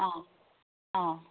অঁ অঁ